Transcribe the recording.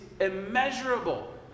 immeasurable